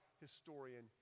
historian